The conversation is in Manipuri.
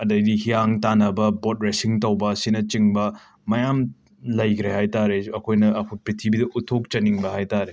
ꯑꯗꯩꯗꯤ ꯍꯤꯌꯥꯡ ꯇꯥꯅꯕ ꯕꯣꯠ ꯔꯦꯆꯤꯡ ꯇꯧꯕ ꯑꯁꯤꯅꯆꯤꯡꯕ ꯃꯌꯥꯝ ꯂꯩꯈ꯭ꯔꯦ ꯍꯥꯏꯇꯥꯔꯦ ꯑꯩꯈꯣꯏꯅ ꯑꯈꯣꯏ ꯄ꯭ꯔꯤꯊꯤꯕꯤꯗ ꯎꯠꯊꯣꯛꯆꯅꯤꯡꯕ ꯍꯥꯏ ꯇꯥꯔꯦ